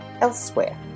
elsewhere